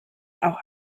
auch